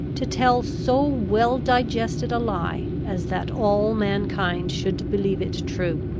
to tell so well-digested a lie as that all mankind should believe it true.